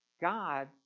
God